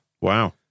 Wow